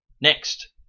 Next